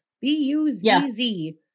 B-U-Z-Z